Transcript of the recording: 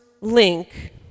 link